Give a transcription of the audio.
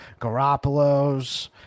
Garoppolo's